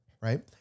right